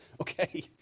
okay